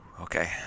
Okay